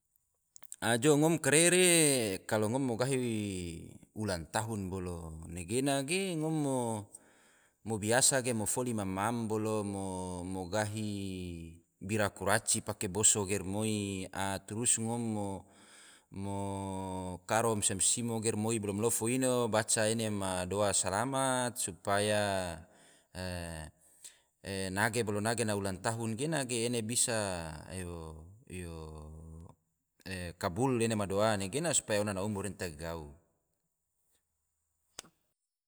A jo, ngom kare re kalo ngom mo gahi ulang tahun bolo nagena ge, ngom mo biasa ge mo foli mam-mam bolo, mo gahi bira kuraci pake boso ge rimoi, a trus ngom mo karo mansia simo ge romoi bolo malofo ino mo baca doa salamat supaya nage bolo nage na ulang tahun gena ge ena yo bisa kabul ena ma doa gena supaya ma umur ge ena gau